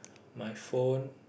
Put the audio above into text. my phone